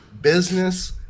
business